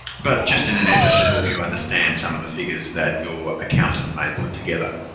but just in an effort to help you understand some of the figures that your accountant may put together.